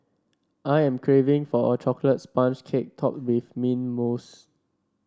I am craving for a chocolate sponge cake topped with mint mousse